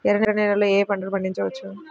ఎర్ర నేలలలో ఏయే పంటలు పండించవచ్చు?